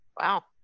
Wow